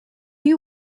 you